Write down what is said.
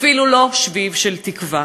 אפילו לא שביב של תקווה.